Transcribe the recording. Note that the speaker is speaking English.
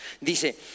dice